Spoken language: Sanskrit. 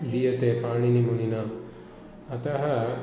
दीयते पाणिनिमुनिना अतः